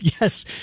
Yes